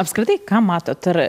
apskritai ką matot ar